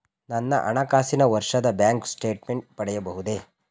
ನನ್ನ ಹಣಕಾಸಿನ ವರ್ಷದ ಬ್ಯಾಂಕ್ ಸ್ಟೇಟ್ಮೆಂಟ್ ಪಡೆಯಬಹುದೇ?